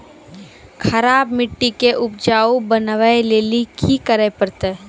खराब मिट्टी के उपजाऊ बनावे लेली की करे परतै?